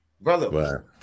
brother